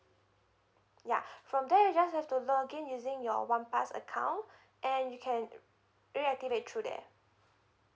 ya from there you just have to login using your one pass account and you can reactivate through there